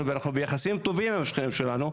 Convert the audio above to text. ואנחנו ביחסים טובים עם השכנים שלנו.